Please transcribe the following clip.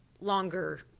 longer